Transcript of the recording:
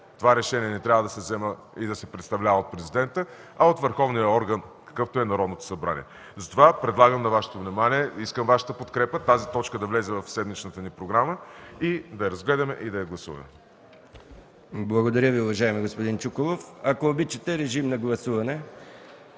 такова решение. То не трябва да се взема и представлява от президента, а от върховния орган, какъвто е Народното събрание. Затова предлагам на Вашето внимание и искам Вашата подкрепа тази точка да влезе в седмичната ни програма, да я разгледаме и да я гласуваме. ПРЕДСЕДАТЕЛ МИХАИЛ МИКОВ: Благодаря Ви, уважаеми господин Чуколов. Ако обичате, гласувайте.